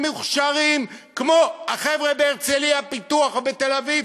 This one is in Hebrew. הם מוכשרים כמו החבר'ה בהרצליה-פיתוח או בתל-אביב